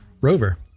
rover